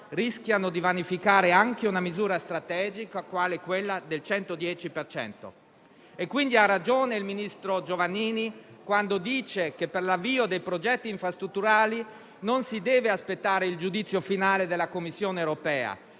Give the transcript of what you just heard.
rischiano di vanificare anche una misura strategica quale quella del 110 per cento. Ha pertanto ragione il ministro Giovannini quando dice che, per l'avvio dei progetti infrastrutturali, non si deve aspettare il giudizio finale della Commissione europea.